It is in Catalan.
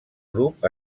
grup